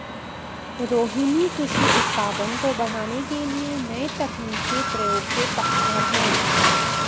रोहिनी कृषि उत्पादन को बढ़ाने के लिए नए तकनीक के प्रयोग के पक्षधर है